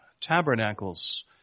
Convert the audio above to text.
Tabernacles